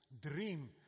dream